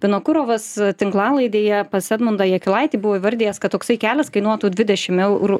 vinokurovas tinklalaidėje pas edmundą jakilaitį buvo įvardijęs kad toksai kelias kainuotų dvidešim eurų